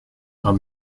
are